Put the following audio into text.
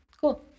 cool